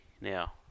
now